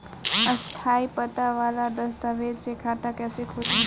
स्थायी पता वाला दस्तावेज़ से खाता कैसे खुली?